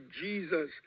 Jesus